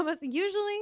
usually